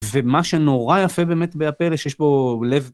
ומה שנורא יפה באמת בהפלא, יש בו לב...